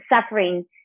suffering